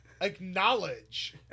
acknowledge